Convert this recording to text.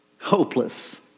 hopeless